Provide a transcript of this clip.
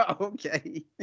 Okay